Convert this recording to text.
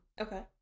Okay